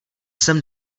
jsem